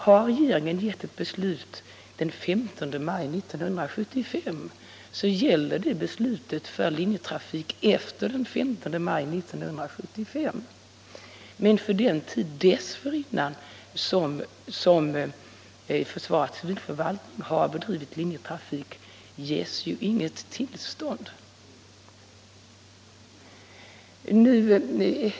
Har regeringen gett ett beslut den 15 maj 1975 gäller det beslutet efter denna tidpunkt, men för tiden dessförinnan — den tid försvarets civilförvaltning har bedrivit linjetrafik — ges ju inget tillstånd.